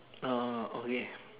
orh okay